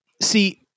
See